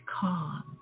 calm